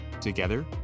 Together